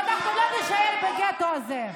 ואנחנו לא נישאר בגטו הזה.